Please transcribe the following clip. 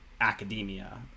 academia